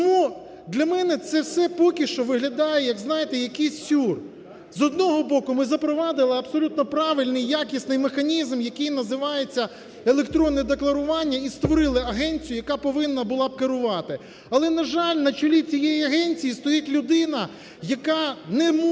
Тому для мене це все поки що виглядає, як, знаєте, якийсь сюр. З одного боку ми запровадили абсолютно правильний, якісний механізм, який називається "електронне декларування" і створили агенцію, яка повинна була б керувати. Але, на жаль, на чолі цієї агенції стоїть людина, яка не може